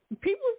People